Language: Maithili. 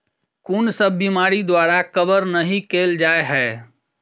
कुन सब बीमारि द्वारा कवर नहि केल जाय है?